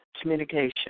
communication